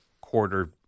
quarter